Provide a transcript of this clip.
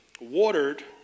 watered